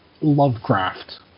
Lovecraft